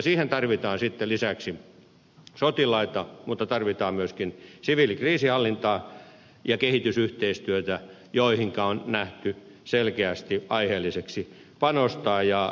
siihen tarvitaan sitten lisäksi sotilaita mutta tarvitaan myöskin siviilikriisinhallintaa ja kehitysyhteistyötä joihin on nähty selkeästi aiheelliseksi panostaa